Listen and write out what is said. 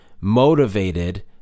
motivated